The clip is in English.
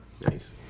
Nice